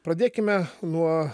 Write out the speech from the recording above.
pradėkime nuo